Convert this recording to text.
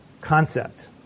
concept